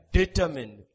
determined